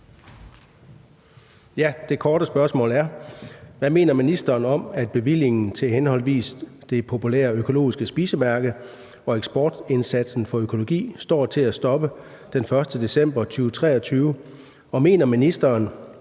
Søren Egge Rasmussen (EL): Hvad mener ministeren om, at bevillingen til henholdsvis de populære økologiske spisemærker og eksportindsatsen for økologi står til at stoppe den 1. december 2023, og mener ministeren,